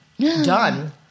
Done